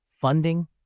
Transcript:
funding